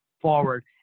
forward